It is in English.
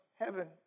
heaven